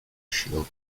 shield